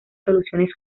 soluciones